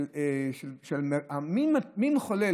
מי מחולל?